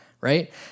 right